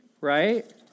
right